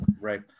Right